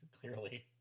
clearly